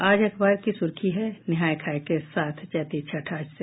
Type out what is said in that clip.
आज अखबार की सुर्खी है नहाय खाय के साथ चैती छठ आज से